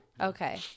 Okay